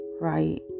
right